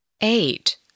eight